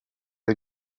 del